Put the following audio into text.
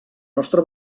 nostra